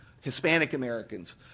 Hispanic-Americans